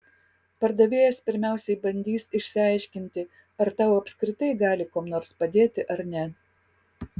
pardavėjas pirmiausiai bandys išsiaiškinti ar tau apskritai gali kuom nors padėti ar ne